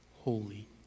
holy